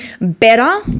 better